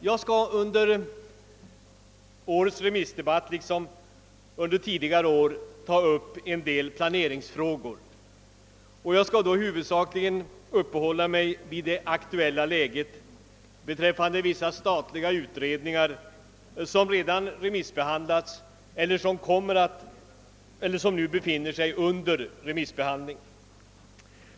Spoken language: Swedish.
Jag skall under årets remissdebatt liksom under tidigare år ta upp vissa planeringsfrågor och skall då huvudsakligen uppehålla mig vid det aktuella läget beträffande vissa statliga utredningar som redan remissbehandlats eller som nu befinner sig under remissbehandling.